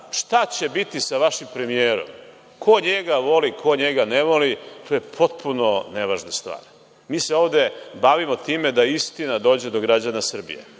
šta će biti sa vašim premijerom, ko njega voli, ko njega ne voli, to je potpuno nevažna stvar. Mi se ovde bavimo time da istina dođe do građana Srbije,